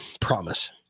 Promise